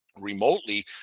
remotely